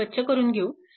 हे स्वच्छ करून घेऊ